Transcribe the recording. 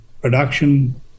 production